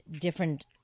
different